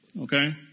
Okay